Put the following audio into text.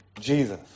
Jesus